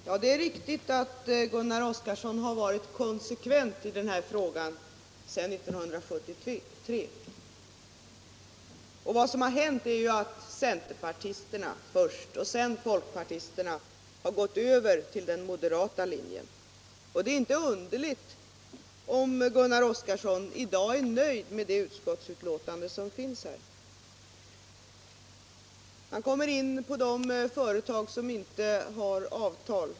Herr talman! Det är riktigt att Gunnar Oskarson har varit konsekvent i denna fråga sedan 1973. Vad som har hänt är att centerpartisterna först och folkpartisterna sedan har gått över till den moderata linjen. Det är inte underligt om Gunnar Oskarson i dag är nöjd med det utskottsbetänkande som föreligger. Gunnar Oskarson berörde de företag som inte har avtal.